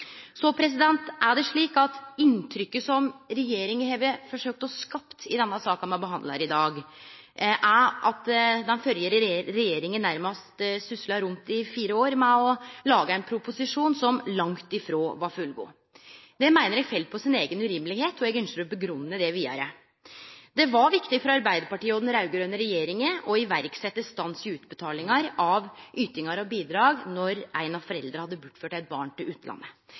Inntrykket som regjeringa har forsøkt å skape i den saka me behandlar i dag, er at den førre regjeringa nærmast susla rundt i fire år med å lage ein proposisjon som langt frå var fullgod. Det meiner eg er urimeleg. Eg ynskjer å grunngje det vidare: Det var viktig for Arbeidarpartiet og den raud-grøne regjeringa å setje i verk stans i utbetalingar av ytingar og bidrag når ein av foreldra hadde bortført eit barn til utlandet.